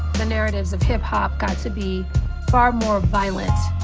the narratives of hip-hop got to be far more violent,